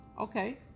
Okay